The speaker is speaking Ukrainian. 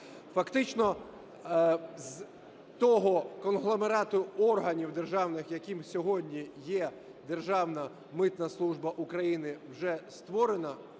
Фактично, з того конгломерату органів державних, яким сьогодні є Державна митна служба України, вже створено,